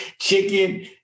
chicken